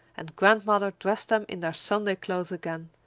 and grandmother dressed them in their sunday clothes again,